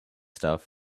stuff